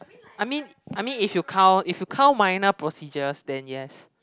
I mean I mean if you count if you count minor procedures then yes